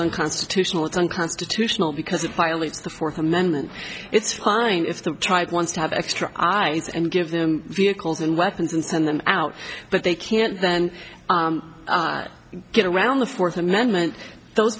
unconstitutional it's unconstitutional because it violates the fourth amendment it's fine if the tribe wants to have extra eyes and give them vehicles and weapons and send them out but they can't then get around the fourth amendment